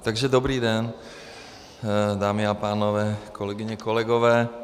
Takže dobrý den, dámy a pánové, kolegyně a kolegové.